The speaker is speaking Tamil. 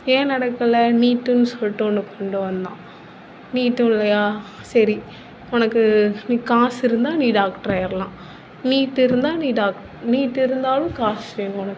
ஏன் நடக்கலை நீட்டுன்னு சொல்லிட்டு ஒன்று கொண்டு வந்தான் நீட்டும் இல்லையா சரி உனக்கு நீ காசு இருந்தால் நீ டாக்டராயிரலாம் நீட் இருந்தால் நீ டாக் நீட் இருந்தாலும் காசு வேணும் உனக்கு